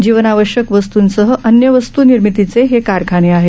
जीवनावश्यक वस्तूंसह अन्य वस्तू निर्मितीचे हे कारखाने आहेत